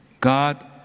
God